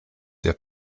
der